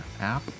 app